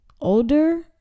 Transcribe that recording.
older